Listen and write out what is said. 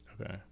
Okay